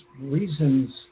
reasons